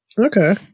okay